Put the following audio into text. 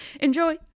Enjoy